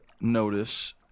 notice